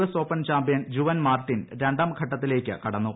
S open champion Juan Martin രണ്ടാംഘട്ടത്തിലേക്ക് കട്ന്നു